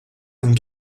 ein